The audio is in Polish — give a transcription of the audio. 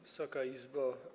Wysoka Izbo!